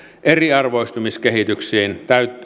eriarvoistumiskehitykseen